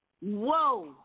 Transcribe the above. Whoa